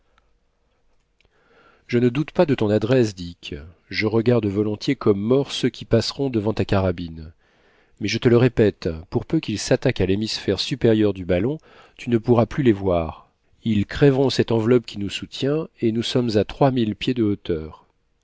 je ne doute pas de ton adresse dick je regarde volontiers comme morts ceux qui passeront devant ta carabine mais je te le répète pour peu qu'ils s'attaquent à l'hémisphère supérieur du ballon tu ne pourras plus les voir ils crèveront cette enveloppe qui nous soutient et nous sommes à trois mille pieds de hauteur